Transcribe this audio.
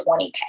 20K